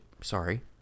Sorry